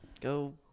Go